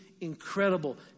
incredible